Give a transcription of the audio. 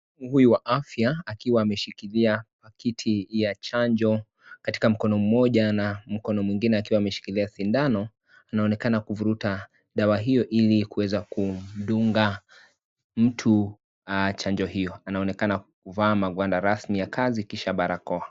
..... wa afia, akiwa ameshikidhia pakiti ya chanjo katika mkono moja na mkono mwingine akiwa ameshikidhia sindano, anaonekana kufuruta dawa hiyo ili kuweza kumdunga mtu chanjo hiyo, anaonekana kuvaa magwanda rasmi ya kazi kisha barakoa.